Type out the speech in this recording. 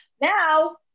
now